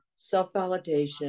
self-validation